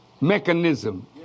mechanism